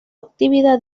actividad